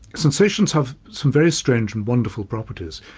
sensations have some very strange and wonderful properties,